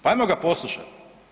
Pa hajmo ga poslušati.